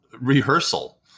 rehearsal